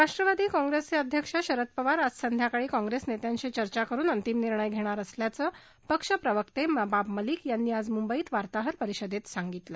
राष्ट्रवादी काँप्रेसचे अध्यक्ष शरद पवार आज संध्याकाळी काँप्रेस नेत्यांशी चर्चा करुन अंतिम निर्णय घेणार असल्याचं पक्ष प्रवक्ते नवाब मलिक यांनी आज मुंबईत वार्ताहर परिषदेत सांगितलं